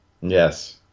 Yes